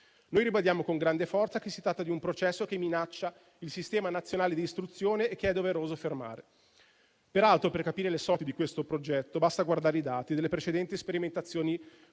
Noi ribadiamo con grande forza che si tratta di un processo che minaccia il sistema nazionale d'istruzione e che è doveroso fermare. Peraltro, per capire le sorti di questo progetto basta guardare i dati delle precedenti sperimentazioni